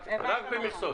רק במכסות.